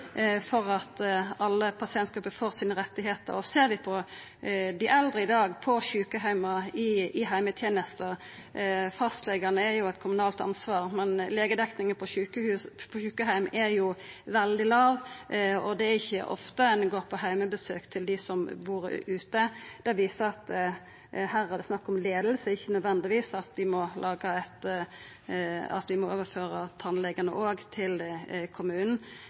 for at alle pasientgrupper får sine rettar. Og ser vi på tilbodet til dei eldre i dag – på sjukeheimar og i heimetenesta: Fastlegane er eit kommunalt ansvar, men legedekninga på sjukeheimar er veldig låg, og det er ikkje ofte ein går på heimebesøk. Det viser at her er det snakk om leiing og ikkje nødvendigvis at vi òg må overføra tannlegane til kommunen. Vi treng auka samarbeid, men alle dei